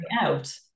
out